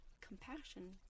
compassion